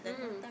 mmhmm